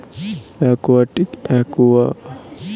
একুয়াটিকে প্লান্টস মানে হচ্ছে জলজ উদ্ভিদ যেগুলো জলে পাওয়া যায়